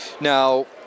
Now